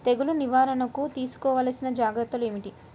తెగులు నివారణకు తీసుకోవలసిన జాగ్రత్తలు ఏమిటీ?